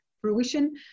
fruition